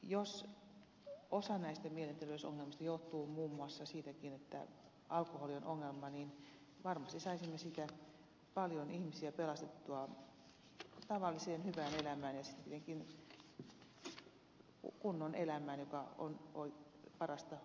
jos osa näistä mielenterveysongelmista johtuu muun muassa siitäkin että alkoholi on ongelma niin varmasti saisimme paljon ihmisiä pelastettua tavalliseen hyvään elämään ja tietenkin kunnon elämään joka on parasta huumetta